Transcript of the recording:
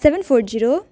seven four zero